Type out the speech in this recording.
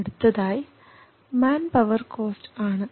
അടുത്തതായി manpower cost ആണ്